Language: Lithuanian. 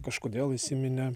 kažkodėl įsiminė